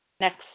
next